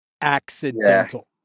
accidental